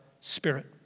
Spirit